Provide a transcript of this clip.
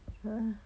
uh